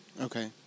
Okay